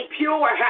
pure